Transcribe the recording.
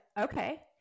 okay